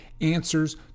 answers